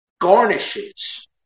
garnishes